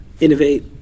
innovate